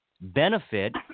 benefit